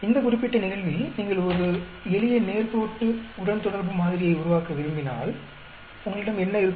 இந்த குறிப்பிட்ட நிகழ்வில் நீங்கள் ஒரு எளிய நேர்கோட்டு உடன்தொடர்பு மாதிரியை உருவாக்க விரும்பினால் உங்களிடம் என்ன இருக்கும்